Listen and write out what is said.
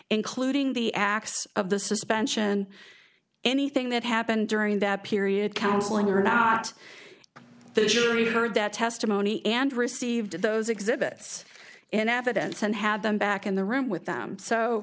including the acts of the suspension anything that happened during that period counseling or not the jury heard that testimony and received those exhibits in evidence and had them back in the room with them so